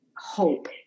Hope